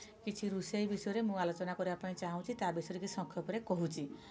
କିଛି ରୋଷେଇ ବିଷୟରେ ମୁଁ ଆଲୋଚନା କରିବା ପାଇଁ ଚାହୁଁଚି ତା' ବିଷୟରେ କିଛି ସଂକ୍ଷେପରେ କହୁଛି